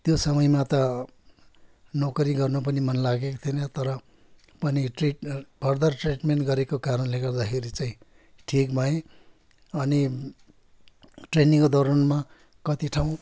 त्यो समयमा त नोकरी गर्न पनि मनलागेको थिएन तर पनि ट्रिट फर्दर ट्रिटमेन्ट गरेको कारणले गर्दाखेरि चाहिँ ठिक भएँ अनि ट्रेनिङको दौरानमा कति ठाउँ